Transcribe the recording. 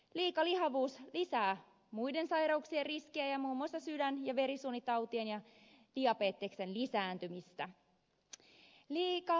liikalihavuus lisää muiden sairauksien riskiä ja muun muassa sydän ja verisuonitautien ja diabeteksen lisääntymistä